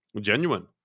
genuine